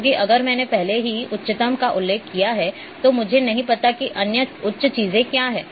क्योंकि अगर मैंने पहले ही उच्चतम का उल्लेख किया है तो मुझे नहीं पता कि अन्य उच्च चीजें क्या हैं